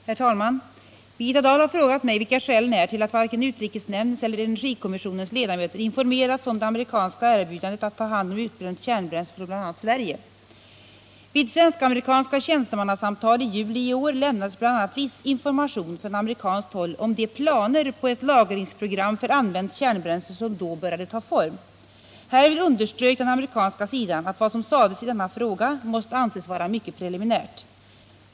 Herr talman! Birgitta Dahl har frågat mig vilka skälen är till att varken utrikesnämndens eller energikommissionens ledamöter informerats om det amerikanska erbjudandet att ta hand om utbränt kärnbränsle från bl.a. Sverige. Vid svensk-amerikanska tjänstemannasamtal i juli i år lämnades bl.a. viss information från amerikanskt håll om de planer på ett lagringsprogram för använt kärnbränsle som då började ta form. Härvid underströk den amerikanska sidan att vad som sades i denna fråga måste anses vara mycket preliminärt.